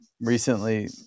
recently